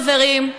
חברים,